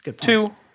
Two